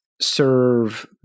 serve